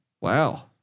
Wow